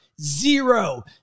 zero